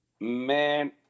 Man